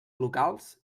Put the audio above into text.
locals